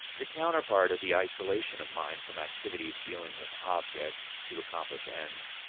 the counterpart of the isolation of mind from activities dealing with objects to accomplish ends